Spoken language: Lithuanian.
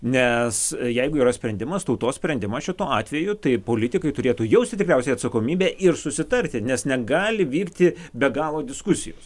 nes jeigu yra sprendimas tautos sprendimas šituo atveju tai politikai turėtų jausti tikriausiai atsakomybę ir susitarti nes negali vykti be galo diskusijos